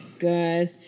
Good